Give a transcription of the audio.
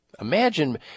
Imagine